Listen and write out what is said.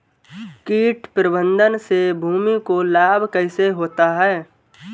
कीट प्रबंधन से भूमि को लाभ कैसे होता है?